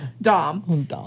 Dom